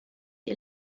die